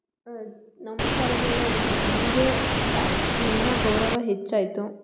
ನಮ್ಮ ಶಾಲೆ ಮೇಲೆ ನಮಗೆ ಜಾಸ್ತಿ ಇನ್ನೂ ಗೌರವ ಹೆಚ್ಚಾಯಿತು